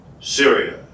Syria